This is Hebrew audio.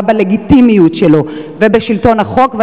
יכול לפגוע בלגיטימיות שלו ובשלטון החוק.